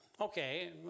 Okay